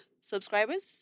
Subscribers